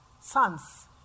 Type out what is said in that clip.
sons